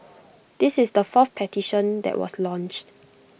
this is the fourth petition that was launched